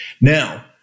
Now